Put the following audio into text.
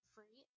Free